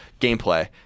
gameplay